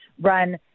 run